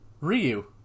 Ryu